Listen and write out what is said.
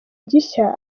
gishya